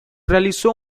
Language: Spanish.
realizó